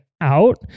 out